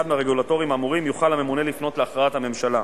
מהרגולטורים האמורים יוכל הממונה לפנות להכרעת הממשלה.